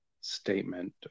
statement